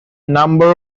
number